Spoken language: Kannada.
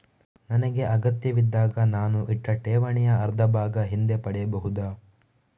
ನನಗೆ ಅಗತ್ಯವಿದ್ದಾಗ ನಾನು ಇಟ್ಟ ಠೇವಣಿಯ ಅರ್ಧಭಾಗ ಹಿಂದೆ ಪಡೆಯಬಹುದಾ?